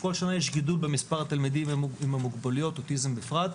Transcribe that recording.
כל שנה יש גידול במספר התלמידים עם המוגבלויות ובאוטיזם בפרט,